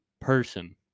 person